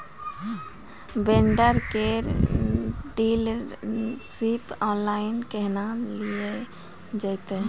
Vendor केर dealership online केहनो लियल जेतै?